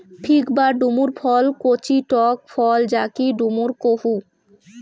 fig বা ডুমুর ফল কচি টক ফল যাকি ডুমুর কুহু